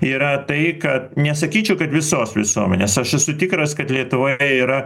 yra tai kad nesakyčiau kad visos visuomenės aš esu tikras kad lietuvoje yra